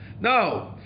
No